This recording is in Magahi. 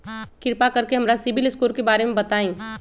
कृपा कर के हमरा सिबिल स्कोर के बारे में बताई?